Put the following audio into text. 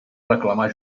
reclamar